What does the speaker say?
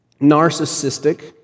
narcissistic